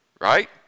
Right